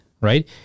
right